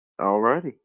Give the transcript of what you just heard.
alrighty